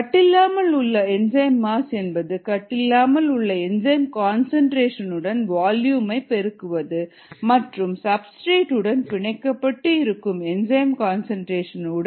கட்டில்லாமல் உள்ள enzyme mass என்பது கட்டில்லாமல் உள்ள என்சைம் கன்சன்ட்ரேஷன் உடன் வால்யுமை பெருக்குவது மற்றும் சப்ஸ்டிரேட் உடன் பிணைக்கப்பட்டு இருக்கும் என்சைம் கன்சன்ட்ரேஷன் உடன் வால்யுமை பெருக்குவது